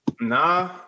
Nah